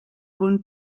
punt